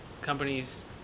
companies